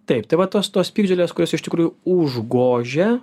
taip tai va tos tos piktžolės kurios iš tikrųjų užgožia